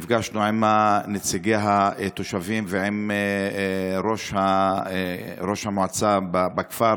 נפגשנו עם נציגי התושבים ועם ראש המועצה בכפר